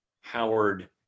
Howard –